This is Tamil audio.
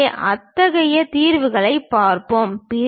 எனவே அதற்கான தீர்வைப் பார்ப்போம்